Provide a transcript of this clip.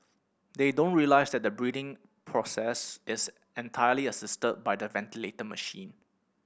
they don't realise that the breathing process is entirely assisted by the ventilator machine